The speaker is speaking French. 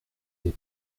des